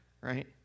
right